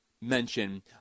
mention